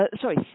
sorry